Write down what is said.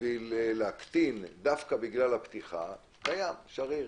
כדי להקטין, דווקא בגלל הפתיחה, קיים, שריר.